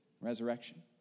resurrection